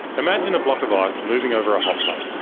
imagine a block of ice moving over a hot plate.